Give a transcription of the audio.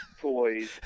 toys